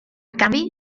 canvi